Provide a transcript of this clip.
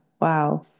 Wow